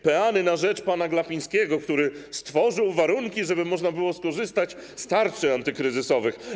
Peany na rzecz pana Glapińskiego, który stworzył warunki, żeby można było skorzystać z tarcz antykryzysowych.